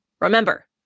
Remember